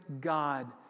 God